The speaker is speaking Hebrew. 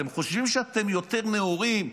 אתם חושבים שאתם יותר נאורים,